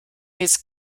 his